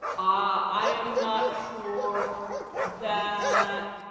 ah i am not sure that